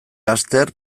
laster